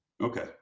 Okay